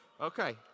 Okay